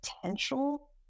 potential